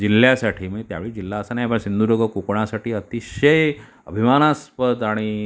जिल्ह्यासाठी म्हणजे त्यावेळी जिल्हा असा नाही ब सिंधुदुर्ग कोकणासाठी अतिशय अभिमानास्पद आणि